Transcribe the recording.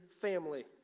family